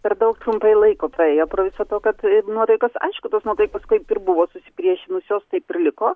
per daug trumpai laiko praėjo pro viso to kad nuotaikos aišku tos nuotaikos kaip ir buvo susipriešinusios taip ir liko